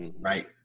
right